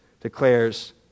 declares